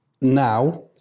now